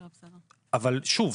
בעיניי,